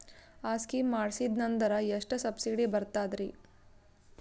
ಆ ಸ್ಕೀಮ ಮಾಡ್ಸೀದ್ನಂದರ ಎಷ್ಟ ಸಬ್ಸಿಡಿ ಬರ್ತಾದ್ರೀ?